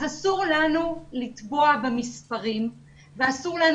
אז אסור לנו לטבוע במספרים ואסור לנו